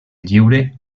lliure